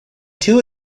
two